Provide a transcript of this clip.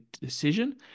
decision